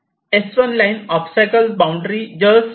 S1 line obstacles boundary just cross करते